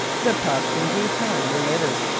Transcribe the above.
the pups in due time were littered,